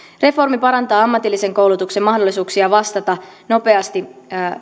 reformi parantaa ammatillisen koulutuksen mahdollisuuksia vastata nopeasti